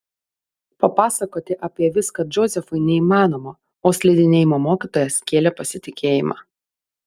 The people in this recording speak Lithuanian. papasakoti apie viską džozefui neįmanoma o slidinėjimo mokytojas kėlė pasitikėjimą